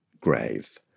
grave